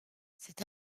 cette